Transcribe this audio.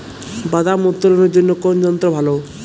বাদাম উত্তোলনের জন্য কোন যন্ত্র ভালো?